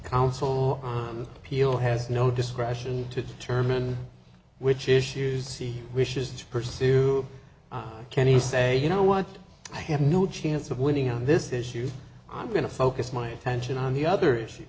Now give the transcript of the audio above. council peel has no discretion to determine which issues he wishes to pursue can you say you know what i have no chance of winning on this issue i'm going to focus my attention on the other issue